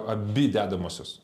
abi dedamosios